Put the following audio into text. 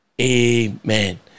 Amen